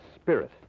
spirit